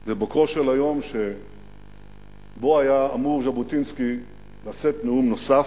בבוקרו של היום שבו היה אמור ז'בוטינסקי לשאת נאום נוסף,